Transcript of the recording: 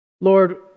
Lord